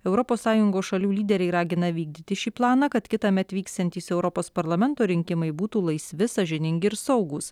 europos sąjungos šalių lyderiai ragina vykdyti šį planą kad kitąmet vyksiantys europos parlamento rinkimai būtų laisvi sąžiningi ir saugūs